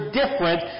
different